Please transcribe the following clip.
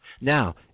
Now